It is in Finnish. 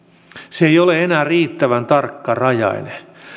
se ei ole enää riittävän tarkkarajainen